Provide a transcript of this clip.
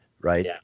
Right